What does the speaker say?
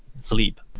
sleep